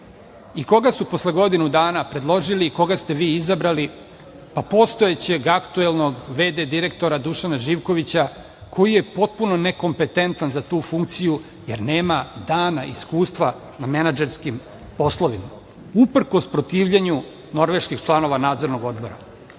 EPS.Koga su posle godinu dana predložili i koga ste vi izabrali? Pa, postojećeg aktuelnog v.d. direktora Dušana Živkovića, koji je potpuno nekompetentan za tu funkciju, jer nema dana iskustva na menadžerskim poslovima, uprkos protivljenju norveških članova Nadzornog